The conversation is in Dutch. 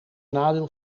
nadeel